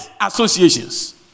associations